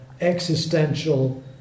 existential